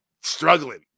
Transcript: struggling